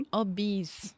obese